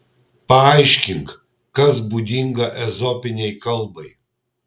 paaiškink kas būdinga ezopinei kalbai